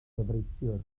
gyfreithiwr